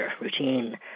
routine